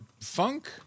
Funk